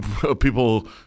people